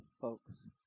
folks